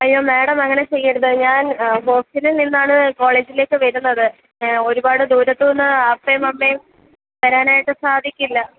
അയ്യോ മേഡം അങ്ങനെ ചെയ്യരുത് ഞാൻ ഹോസ്റ്റലിൽ നിന്നാണ് കോളേജിലേക്കു വരുന്നത് ഒരുപാട് ദൂരത്തു നിന്ന് അപ്പയും അമ്മയും വരാനായിട്ടു സാധിക്കില്ല